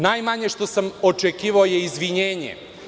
Najmanje što sam očekivao je izvinjenje.